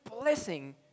blessing